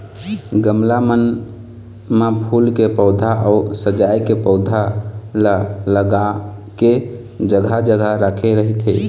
गमला मन म फूल के पउधा अउ सजाय के पउधा ल लगा के जघा जघा राखे रहिथे